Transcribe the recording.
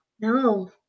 No